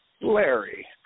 Larry